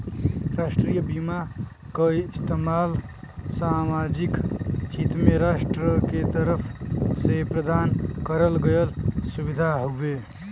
राष्ट्रीय बीमा क इस्तेमाल सामाजिक हित में राष्ट्र के तरफ से प्रदान करल गयल सुविधा हउवे